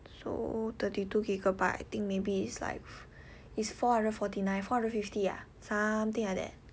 so thirty two gigabyte I think maybe it's like is four hundred fourty nine four hundred fifty ah something like that